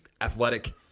athletic